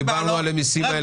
התעסקנו רק בהעלאות מיסים.